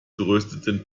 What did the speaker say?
gerösteten